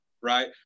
Right